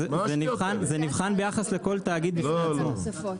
זה נבחן ביחס לכל תאגיד בפני עצמו.